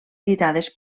editades